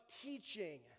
teaching